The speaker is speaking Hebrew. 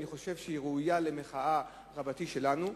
אני חושב שהיא ראויה למחאה רבתי שלנו.